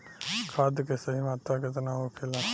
खाद्य के सही मात्रा केतना होखेला?